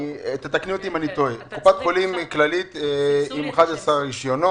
תקני אותי אם אני טועה קופת חולים כללית עם 11 רישיונות,